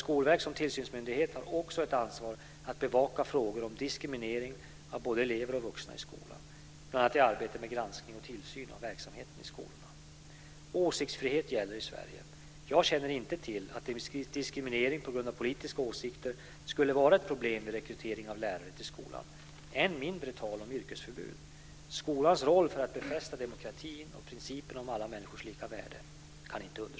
Kommer familjedaghemmen att omfattas av den reformen? Jag får nog avsluta med dessa konkreta frågor för att jag ska få ett svar, så att det inte blir nya vilseledande målningar här.